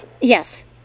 Yes